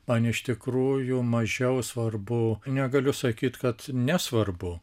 man iš tikrųjų mažiau svarbu negaliu sakyt kad nesvarbu